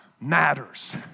matters